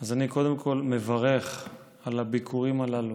אז אני קודם כול מברך על הביקורים הללו,